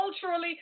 culturally